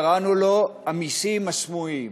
קראנו לו המסים הסמויים.